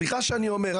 סליחה שאני אומר,